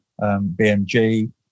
BMG